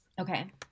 okay